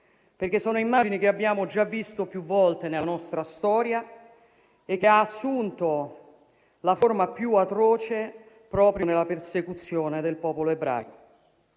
perché sono immagini che abbiamo già visto più volte nella nostra storia, che ha assunto la forma più atroce proprio nella persecuzione del popolo ebraico.